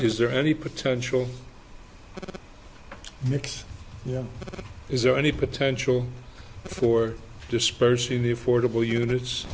is there any potential mix you know is there any potential for dispersing the affordable units